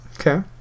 Okay